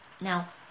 Now